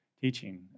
teaching